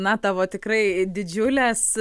na tavo tikrai didžiulės